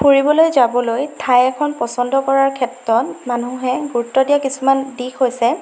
ফুৰিবলৈ যাবলৈ ঠাই এখন পচন্দ কৰাৰ ক্ষেত্ৰত মানুহে গুৰুত্ব দিয়া কিছুমান দিশ হৈছে